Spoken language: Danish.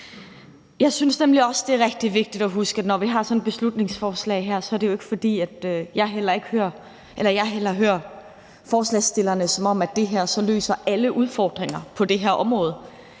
Jeg synes nemlig også, det er rigtig vigtigt at huske, når vi har sådan et beslutningsforslag her, at det jo heller ikke er, fordi jeg hører fra forslagsstillerne, at det her så løser alle udfordringer på det her område.